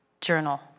journal